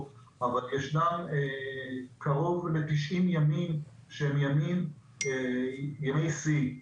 אבל ישנם קרוב ל-90 ימים שהם ימי שיא,